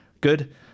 good